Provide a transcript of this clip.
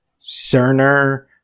Cerner